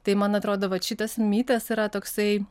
tai man atrodo vat šitas mitas yra toksai